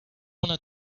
wanna